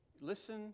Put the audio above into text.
Listen